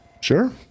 Sure